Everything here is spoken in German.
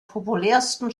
populärsten